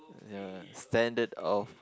ya standard of